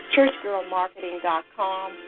ChurchGirlMarketing.com